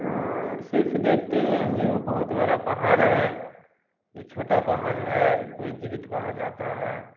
सिर्फ़ देखते ही है कि बहुत बड़ा पहाड़ है की छोटा पहाड़ है कोई जीवित पहाड़ रहता है